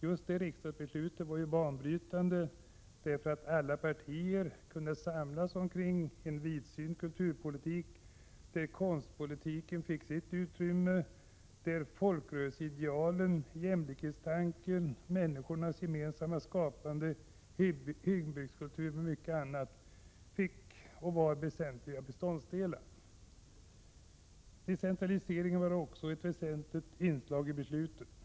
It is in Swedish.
Just detta riksdagsbeslut var banbrytande därför att alla partier kunde samlas kring en vidsynt kulturpolitik, där konstpolitiken fick sitt utrymme, där folkrörelseideal, jämlikhetstanken, människors gemensamma skapande, hembygdskultur och mycket annat var väsentliga beståndsdelar. Decentralisering var också ett väsentligt inslag i beslutet. Prot.